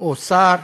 או שר,